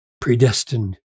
predestined